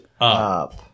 up